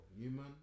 human